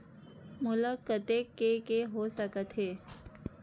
मोला कतेक के के हो सकत हे?